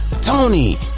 Tony